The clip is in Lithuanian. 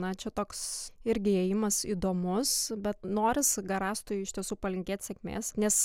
na čia toks irgi įėjimas įdomus bet norisi garastui iš tiesų palinkėt sėkmės nes